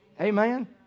Amen